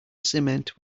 cement